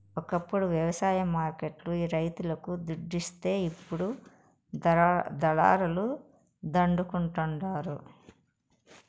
ఒకప్పుడు వ్యవసాయ మార్కెట్ లు రైతులకు దుడ్డిస్తే ఇప్పుడు దళారుల దండుకుంటండారు